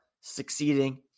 succeeding